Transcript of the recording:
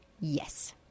yes